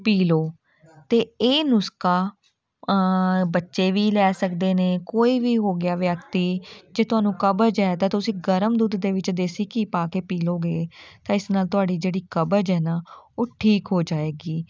ਪੀ ਲਉ ਅਤੇ ਇਹ ਨੁਸਖਾ ਬੱਚੇ ਵੀ ਲੈ ਸਕਦੇ ਨੇ ਕੋਈ ਵੀ ਹੋ ਗਿਆ ਵਿਅਕਤੀ ਜੇ ਤੁਹਾਨੂੰ ਕਬਜ਼ ਹੈ ਤਾਂ ਤੁਸੀਂ ਗਰਮ ਦੁੱਧ ਦੇ ਵਿੱਚ ਦੇਸੀ ਘੀ ਪਾ ਕੇ ਪੀ ਲਉਗੇ ਤਾਂ ਇਸ ਨਾਲ ਤੁਹਾਡੀ ਜਿਹੜੀ ਕਬਜ਼ ਹੈ ਨਾ ਉਹ ਠੀਕ ਹੋ ਜਾਵੇਗੀ